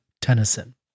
Tennyson